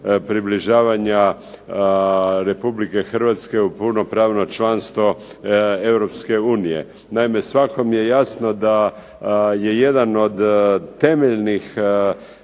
približavanja Republike Hrvatske u punopravno članstvo Europske unije. Naime, svakom je jasno da je jedan od temeljnih